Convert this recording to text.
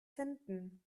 finden